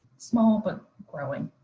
small but growing.